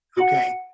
Okay